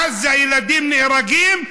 בעזה ילדים נהרגים,